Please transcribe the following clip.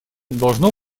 должно